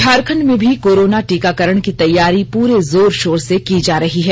झारखंड में भी कोरोना टीकाकरण की तैयारी पूरे जोर शोर से की जा रही है